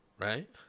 right